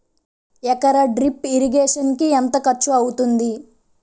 ఎకర drip irrigation కి ఎంత ఖర్చు అవుతుంది?